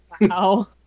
Wow